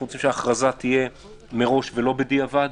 אנחנו רוצים שההכרזה תהיה מראש ולא בדיעבד.